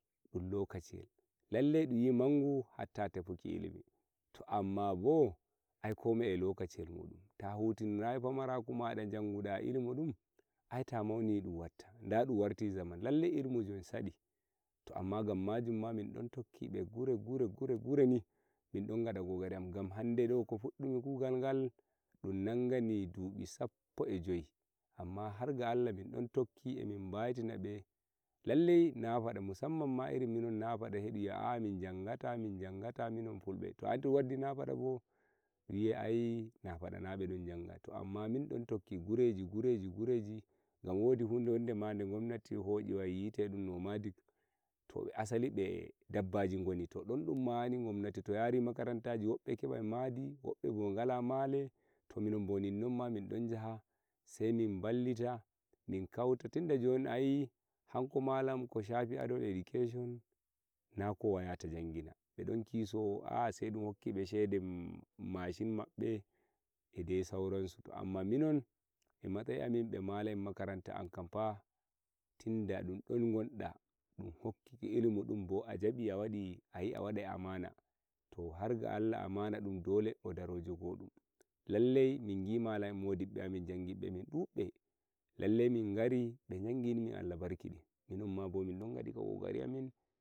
dum lokaciyel lalla mangu hatta tefuki ilimi to amma bo aikomai e lokaciyel gel ta hutiitinarai parakuma janguda ilimidum ta mauni dum watta to gammajum ma min don tokko gure gure min don gada kokari de fuddumi kugalgal dum dangeni dubi sappo eh joi amma harga Allah min don tokki emin bai tinabe musammanma iri minum Nafada sai dum yia'a ah ah mim jangata min jangata minon fulbe a andi Nafada bo dun yi ai Nafada na be don janga to amma min don tokki gureji gureji gan wodi hude wandema de gomnati hoshi wai yite dun to asali bo dabbaji goni ton to dundummani gomnati to yari makarantaji be kebai madi wabbe bo gala malamen to minombo ninnombo don jaha sai mim ballita min kauta tunda jon ayi hanko malam koshafi hado education na kowa yata jangina bo don kiso ah ah sai dum rokkibe shede machina mabbe eh de sauransu to amma minom e matsayiamin malam en makaranta gamfa tinda dun don gonda dun hokki ilimidum bo ajabi awadi ayiya wadai amana dum dole o daro o jogodum lallai mimbi malamen bibbeamin dubbe lalle min gari mi jangini Allah barkidin minomma mindon gadi kokari amin